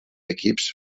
equips